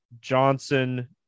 Johnson